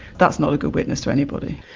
that's not a good witness to anybody.